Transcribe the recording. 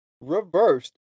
reversed